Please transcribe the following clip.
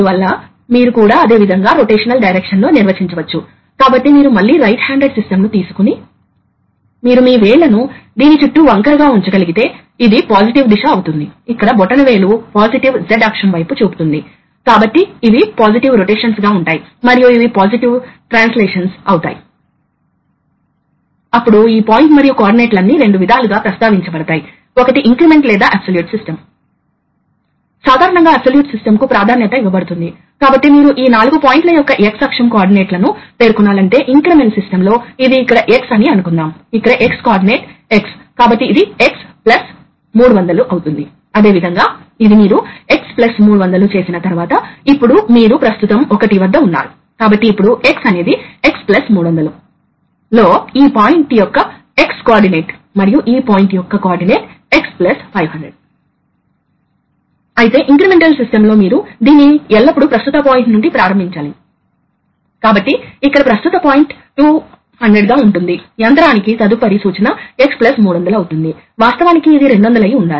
అదేవిధంగా మీరు electronic interfacing కలిగి ఉండవచ్చు ఇది కొంచెం విస్తృతమైన కాన్ఫిగరేషన్ కాబట్టి మీకు సిగ్నల్స్ యొక్క ఎలక్ట్రిక్ ఫీడ్బ్యాక్ ఉండవచ్చు అది డిస్ప్లేసెమెంట్ కావచ్చు మీరు పొజిషన్ సెన్సార్లను కలిగి ఉండవచ్చు లేదా మనము చర్చించిన ప్రెజర్ సెన్సింగ్ కలిగి ఉండవచ్చు కాబట్టి ఈ ఎలక్ట్రిక్ ఫీడ్బ్యాక్లు కొన్ని ట్రాన్స్మిషన్ టెక్నాలజీని ఉపయోగించి సెన్సార్ల నుండి వచ్చాయి ఈ సందర్భంలో మేము 4 నుండి 20 మిల్లీ ఆంపియర్ గురించి ప్రస్తావించాము ఇది వేరే విషయం కావచ్చు మరియు ఈ సిగ్నల్స్ డిజిటల్ కంట్రోలర్ లో పొందబడతాయి కాబట్టి చివరకు డిజిటల్ కంట్రోలర్ వాల్వ్ నియంత్రణ కోసం అవసరమైన ఫోర్స్ ని లెక్కిస్తుంది